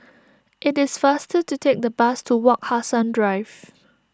it is faster to take the bus to Wak Hassan Drive